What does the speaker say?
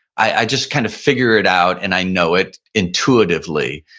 i just kind of figure it out and i know it intuitively.